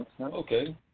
Okay